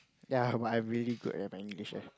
ya but I'm really good at my English eh